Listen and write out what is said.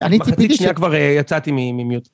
אני ציפיתי ש- חכי שנייה כבר יצאתי ממיוט.